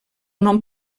nom